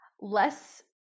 less